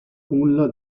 culla